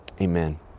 Amen